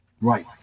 Right